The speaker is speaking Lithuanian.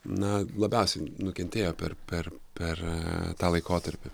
na labiausiai nukentėjo per per per tą laikotarpį